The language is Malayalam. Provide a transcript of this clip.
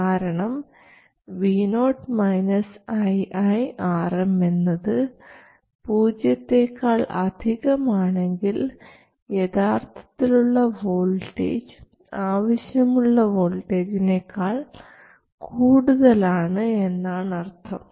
കാരണം vo iiRm എന്നത് പൂജ്യത്തെക്കാൾ അധികം ആണെങ്കിൽ യഥാർഥത്തിലുള്ള വോൾട്ടേജ് ആവശ്യമുള്ള വോൾട്ടേജിനേക്കാൾ കൂടുതലാണ് എന്നാണ് അർത്ഥം